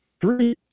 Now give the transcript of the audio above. three